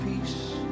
peace